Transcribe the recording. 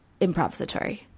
improvisatory